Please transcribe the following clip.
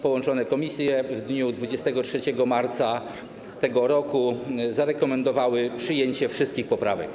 Połączone komisje w dniu 23 marca tego roku zarekomendowały przyjęcie wszystkich poprawek.